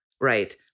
right